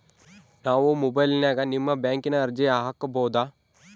ನಾವು ಮೊಬೈಲಿನ್ಯಾಗ ನಿಮ್ಮ ಬ್ಯಾಂಕಿನ ಅರ್ಜಿ ಹಾಕೊಬಹುದಾ?